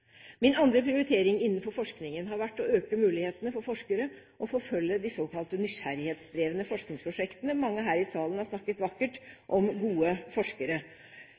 Min andre prioritering innenfor forskningen har vært å øke mulighetene for forskere å forfølge de såkalte nysgjerrighetsdrevne forskningsprosjektene – mange her i salen har snakket vakkert om gode forskere.